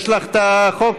יש לך את החוק?